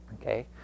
okay